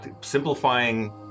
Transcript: simplifying